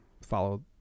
follow